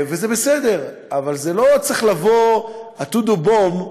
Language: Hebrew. זה בסדר, אבל זה לא צריך לבוא, ה"טודו בום"